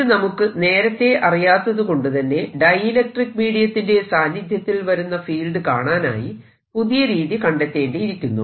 ഇത് നമുക്ക് നേരത്തെ അറിയാത്തതുകൊണ്ട് തന്നെ ഡൈഇലക്ട്രിക്ക് മീഡിയത്തിന്റെ സാന്നിധ്യത്തിൽ വരുന്ന ഫീൽഡ് കാണാനായി പുതിയ രീതി കണ്ടെത്തേണ്ടിയിരിക്കുന്നു